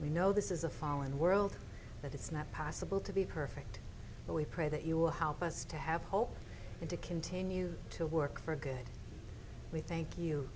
we know this is a fallen world that it's not possible to be perfect but we pray that you will help us to have hope and to continue to work for good we thank you